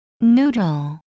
Noodle